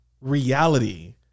reality